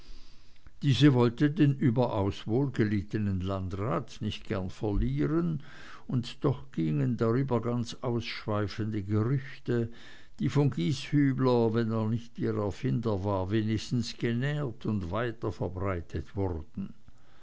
diese wollte den überaus wohl gelittenen landrat nicht gern verlieren und doch gingen darüber ganz ausschweifende gerüchte die von gieshübler wenn er nicht ihr erfinder war wenigstens genährt und weiterverbreitet wurden